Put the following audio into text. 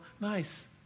nice